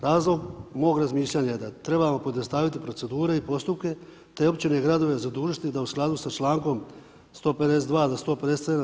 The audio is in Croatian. Razlog mog razmišljanja je da trebamo pojednostaviti procedure i postupke te općine i gradove zadužiti da u skladu sa čl. 152.-157.